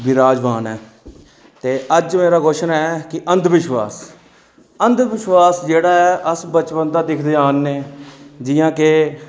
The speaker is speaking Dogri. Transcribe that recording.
विराजमान ऐ ते अज्ज मेरा क्वशन ऐ कि अंध विश्वास अंध विश्वास जेह्ड़ा ऐ अस बचपन दा दिक्खदे आ ने जि'यां के